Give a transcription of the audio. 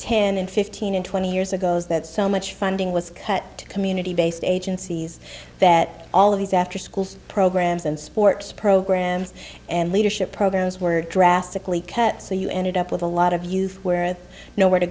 ten fifteen and twenty years ago is that so much funding was cut to community based agencies that all of these afterschool programs and sports programs and leadership programs were drastically cut so you ended up with a lot of youth where nowhere to